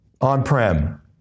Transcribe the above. on-prem